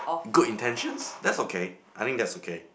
good intentions that's okay I think that's okay